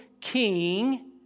king